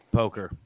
poker